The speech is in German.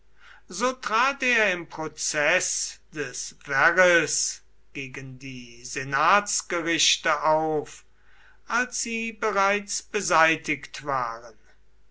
so trat er im prozeß des verres gegen die senatsgerichte auf als sie bereits beseitigt waren